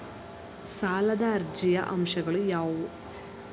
ಸಾಲದ ಅರ್ಜಿಯ ಅಂಶಗಳು ಯಾವುವು?